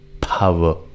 power